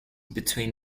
between